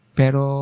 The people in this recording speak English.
pero